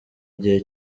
gihe